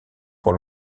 pour